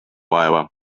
vaeva